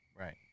Right